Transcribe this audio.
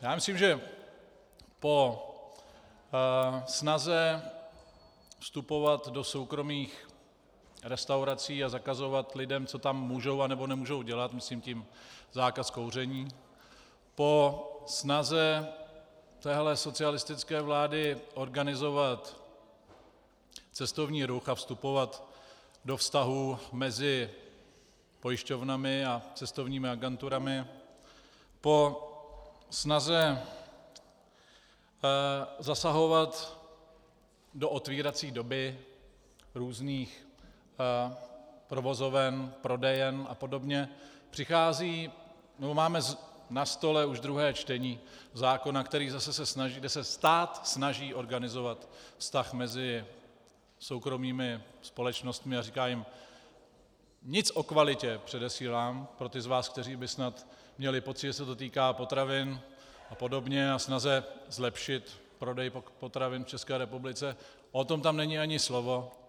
Já myslím, že po snaze vstupovat do soukromých restaurací a zakazovat lidem, co tam můžou nebo nemůžou dělat, myslím tím zákaz kouření, po snaze téhle socialistické vlády organizovat cestovní ruch a vstupovat do vztahů mezi pojišťovnami a cestovními agenturami, po snaze zasahovat do otevírací doby různých provozoven, prodejen a podobně, přichází, nebo máme na stole už druhé čtení zákona, který zase se snaží, kde se stát snaží organizovat vztah mezi soukromými společnostmi a říká jim nic o kvalitě, předesílám pro ty z vás, kteří by snad měli pocit, že se to týká potravin a podobně a snaze zlepšit prodej potravin v České republice, o tom tam není ani slovo.